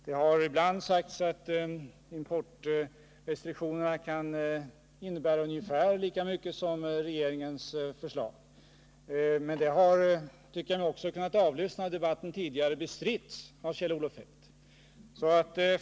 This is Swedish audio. Det har ibland sagts att importrestriktionerna kan innebära ungefär lika mycket som regeringens förslag, men det har också — tycker jag mig ha kunnat avlyssna av debatten tidigare — bestritts av Kjell-Olof Feldt.